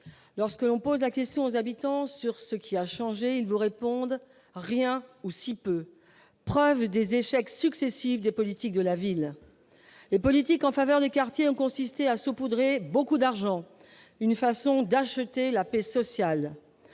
lorsque l'on pose la question aux habitants sur ce qui a changé, ils vous répondent rien ou si peu, preuve des échecs successifs des politiques de la ville et politiques en faveur des quartiers ont consisté à saupoudrer beaucoup d'argent, une façon d'acheter la paix sociale